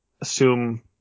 assume